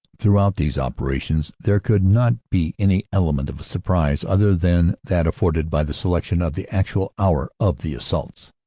throughout these operations there could not be any ele. ment of surprise, other than that afforded by the selection of the actual hour of the assaults.